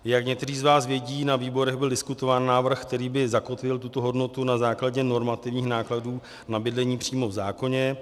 Jak někteří z vás vědí, na výborech byl diskutován návrh, který by zakotvil tuto hodnotu na základě normativních nákladů na bydlení přímo v zákoně.